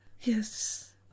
Yes